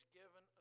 given